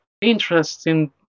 interesting